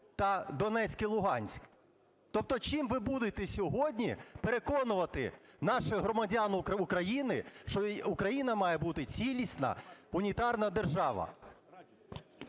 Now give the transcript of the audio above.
та Донецьк і Луганськ? Тобто чим ви будете сьогодні переконувати наших громадян України, що Україна має бути цілісна унітарна держава?